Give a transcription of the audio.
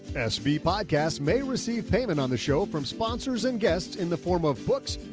sb podcast may receive payment on the show from sponsors and guests in the form of books,